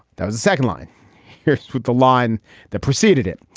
that was the second line here with the line that preceded it.